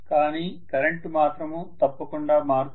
కానీ కరెంటు మాత్రము తప్పకుండా మారుతుంది